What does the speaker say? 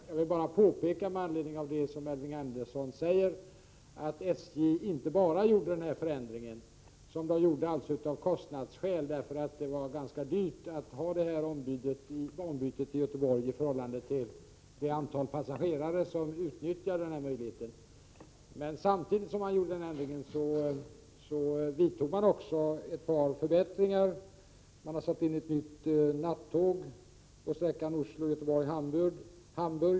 Jag vill bara med anledning av det som Elving Andersson säger påpeka att SJ inte bara gjorde den här förändringen — den gjordes av kostnadsskäl, eftersom det var ganska dyrt att ha denna påoch avstigning i Göteborg i förhållande till det antal passagerare som utnyttjade möjligheten — utan samtidigt vidtog SJ också ett par förbättringar. Man har satt in ett nytt nattåg på sträckan Oslo—Göteborg Hamburg.